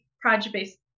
project-based